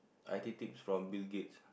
I_T tips from Bill-Gates